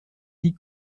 die